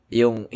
yung